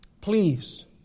please